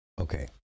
Okay